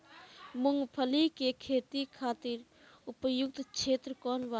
मूँगफली के खेती खातिर उपयुक्त क्षेत्र कौन वा?